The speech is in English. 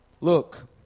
Look